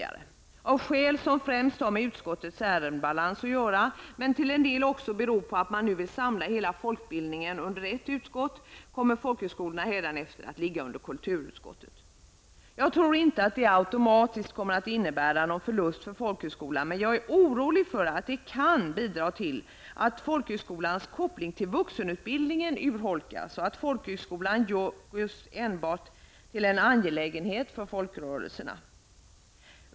Av skäl som främst har med utskottets ärendebalans att göra men till en del också beror på att man vill samla hela folkbildningen under ett utskott kommer folkhögskolefrågorna hädanefter att ligga under kulturutskottet. Jag tror inte att det automatiskt kommer att innebära någon förlust för folkhögskolan, men jag är orolig för att det kan bidra till att folkhögskolans koppling till vuxenutbildningen urholkas och att folkhögskolan görs till enbart en angelägenhet för folkrörelserna.